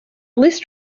list